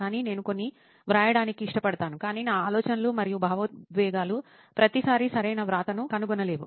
కానీ నేను కొన్ని వ్రాయడానికి ఇష్టపడతాను కానీ నా ఆలోచనలు మరియు భావోద్వేగాలు ప్రతిసారీ సరైన వ్రాతను కనుగొనలేవు